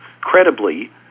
credibly